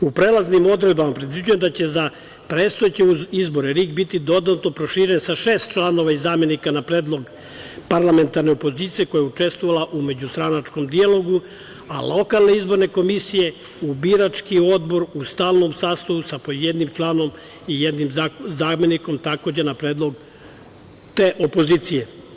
U prelaznim odredbama predviđeno je da će za predstojeće izbore RIK biti dodatno proširen sa šest članova i zamenika na predlog parlamentarne opozicije koja je učestvovala u međustranačkom dijalogu, a lokalne izborne komisije u birački odbor u stalnom sastavu sa po jednim članom i jednim zamenikom, takođe na predlog te opozicije.